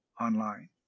online